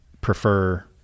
prefer